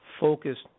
focused